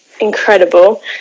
incredible